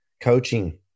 coaching